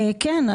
כן.